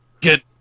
Get